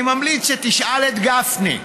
אני ממליץ שתשאל את גפני,